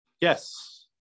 Yes